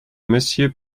monsieur